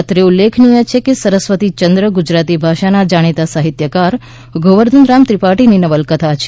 અત્રે ઉલ્લેખનીય છે કે સરસ્વતી ચંદ્ર ગુજરાતી ભાષાના જાણીતા સાહિત્યકાર ગોવર્ધનરામ ત્રિપાઠીની નવલકથા છે